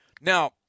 Now